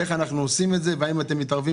איך אנחנו עושים את זה והאם אתם מתערבים